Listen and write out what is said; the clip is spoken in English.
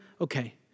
Okay